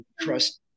Trust